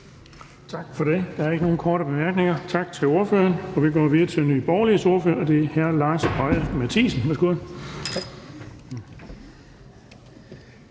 Tak for det. Så er der ikke flere korte bemærkninger. Tak til ordføreren. Vi går videre til Enhedslistens ordfører, og det er fru Jette Gottlieb. Værsgo.